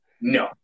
No